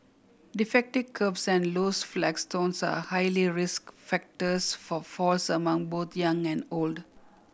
defective kerbs and loose flagstones are highly risk factors for falls among both young and old